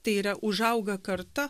tai yra užauga karta